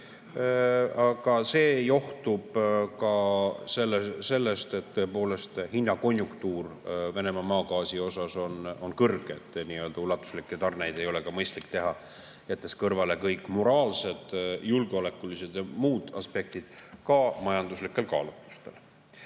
Aga see johtub ka sellest, et tõepoolest hinnakonjunktuur Venemaa maagaasi puhul on kõrge, ulatuslikke tarneid ei ole mõistlik teha – jättes kõrvale kõik moraalsed, julgeolekulised ja muud aspektid, ka majanduslikel kaalutlustel